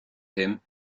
him